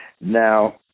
Now